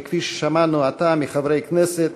וכפי ששמענו עתה מחברי כנסת